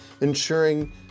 ensuring